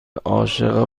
عاشق